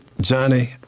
Johnny